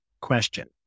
question